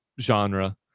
genre